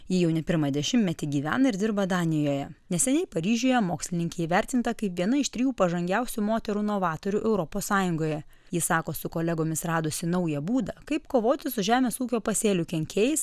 ji jau ne pirmą dešimtmetį gyvena ir dirba danijoje neseniai paryžiuje mokslininkė įvertinta kaip viena iš trijų pažangiausių moterų novatorių europos sąjungoje ji sako su kolegomis radusi naują būdą kaip kovoti su žemės ūkio pasėlių kenkėjais